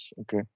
okay